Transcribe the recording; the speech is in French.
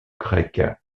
grec